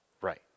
Right